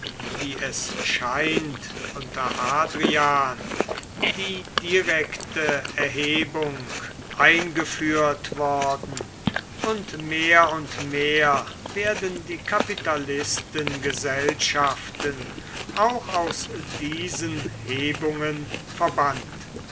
wie es scheint unter hadrian die direkte erhebung eingeführt worden und mehr und mehr werden die kapitalistengesellschaften auch aus diesen hebungen verbannt